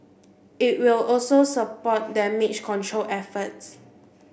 it will also support damage control efforts